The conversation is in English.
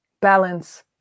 Balance